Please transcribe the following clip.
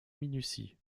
minutie